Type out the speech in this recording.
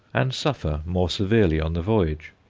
and suffer more severely on the voyage.